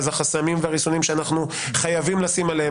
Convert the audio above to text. אז החסמים והריסונים שאנחנו חייבים לשים עליהם,